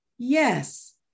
Yes